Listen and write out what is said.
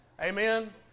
amen